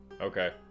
Okay